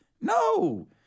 no